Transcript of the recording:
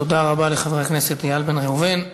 תודה רבה לחבר הכנסת איל בן ראובן.